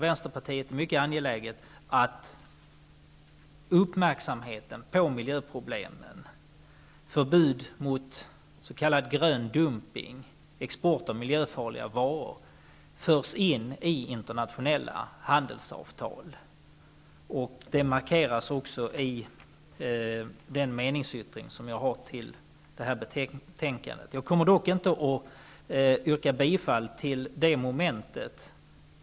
Vänsterpartiet är mycket angeläget att uppmärksamheten på miljöproblemen, förbud mot s.k. grön dumpning, dvs. export av miljöfarliga varor förs in i internationella handelsavtal. Det markeras också i den meningsyttring som jag har till det här betänkandet. Jag kommer dock inte att yrka bifall till meningsyttringen rörande det momentet.